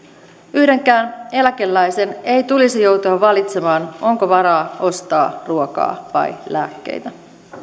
yhdenkään eläkeläisen ei tule joutua valitsemaan onko varaa ostaa ruokaa vai lääkkeitä